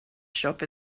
shop